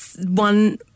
one